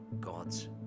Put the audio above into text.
God's